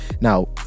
Now